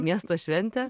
miesto šventė